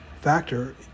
factor